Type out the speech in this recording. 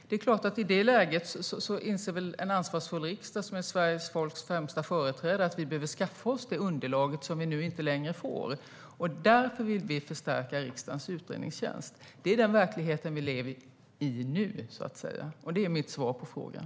Det är klart att i det läget inser en ansvarsfull riksdag, som är svenska folkets främsta företrädare, att vi behöver skaffa oss det underlag som vi nu inte längre får. Därför vill vi förstärka riksdagens utredningstjänst. Det är den verklighet som vi lever i nu, och det är mitt svar på frågan.